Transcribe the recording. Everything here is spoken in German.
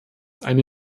eine